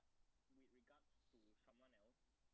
with regards to someone else